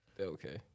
okay